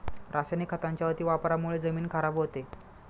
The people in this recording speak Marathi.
रासायनिक खतांच्या अतिवापरामुळे जमीन खराब होते